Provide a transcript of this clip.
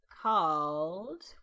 called